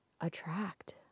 attract